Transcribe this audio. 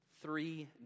three